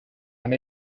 and